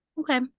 okay